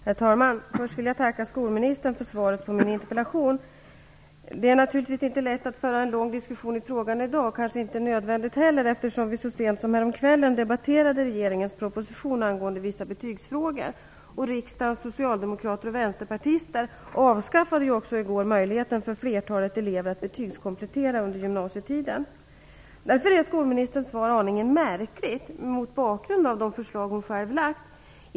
Herr talman! Först vill jag tacka skolministern för svaret på min interpellation. Det är naturligtvis inte lätt att föra en lång diskussion i frågan i dag, och kanske inte heller nödvändigt, eftersom vi så sent som häromkvällen debatterade regeringens proposition angående vissa betygsfrågor. Riksdagens socialdemokrater och vänsterpartister avskaffade också i går möjligheten för flertalet elever att betygskomplettera under gymnasietiden. Skolministerns svar är aningen märkligt, mot bakgrund av det förslag som hon själv har lagt fram.